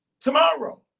Tomorrow